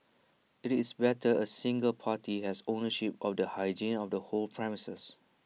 IT is better A single party has ownership of the hygiene of the whole premises